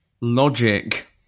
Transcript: logic